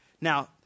Now